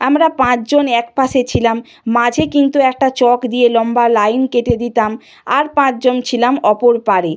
আমরা পাঁচ জন এক পাশে ছিলাম মাঝে কিন্তু একটা চক দিয়ে লম্বা লাইন কেটে দিতাম আর পাঁচ জন ছিলাম অপর পাড়ে